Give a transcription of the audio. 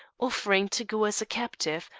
offering to go as a captive,